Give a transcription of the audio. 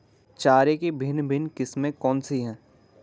चारे की भिन्न भिन्न किस्में कौन सी हैं?